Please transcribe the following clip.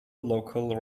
local